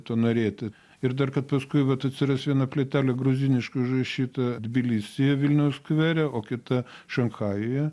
to norėti ir dar kad paskui vat atsiras viena plytelė gruziniškai užrašyta tbilisyje vilniaus skvere o kita šanchajuje